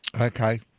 Okay